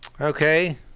okay